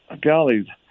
golly